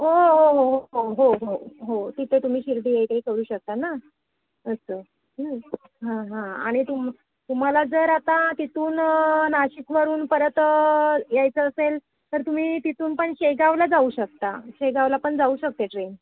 हो हो हो हो हो हो हो तिथे तुम्ही शिर्डी हे ते करू शकता ना असं हां हां आणि तुम तुम्हाला जर आता तिथून नाशिकवरून परत यायचं असेल तर तुम्ही तिथून पण शेगावला जाऊ शकता शेगावला पण जाऊ शकते ट्रेन